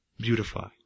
Beautify